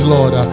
Lord